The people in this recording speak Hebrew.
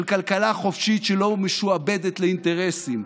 של כלכלה חופשית שלא משועבדת לאינטרסים,